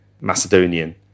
Macedonian